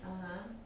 (uh huh)